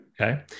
okay